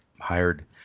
hired